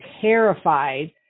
terrified